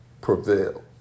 prevail